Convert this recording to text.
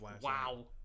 Wow